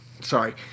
Sorry